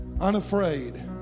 unafraid